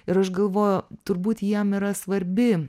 ir aš galvojau turbūt jiem yra svarbi